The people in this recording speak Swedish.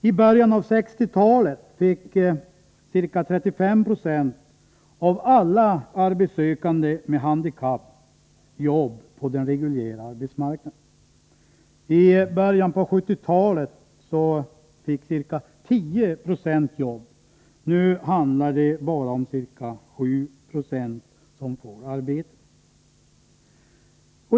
I början av 1960-talet fick ca 35 26 av alla arbetssökande med handikapp arbete på den reguljära arbetsmarknaden. I början av 1970-talet fick ca 10 26 arbete, och nu handlar det bara om ca 7 96 som får arbete.